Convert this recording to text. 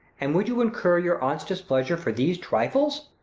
and would you incur your aunt's displeasure for these trifles?